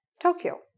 Tokyo